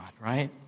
right